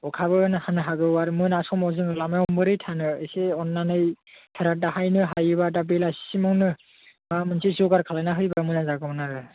अखाबो हान हानो हागौ आर मोना समाव जोङो लामायाव मोरै थानो एसे अननानै सारा दाहायनो हायोबा दा बेलासि सिमावनो माबा मोनसे जगार खालायना होयोबा मोजां जागौमोन आरो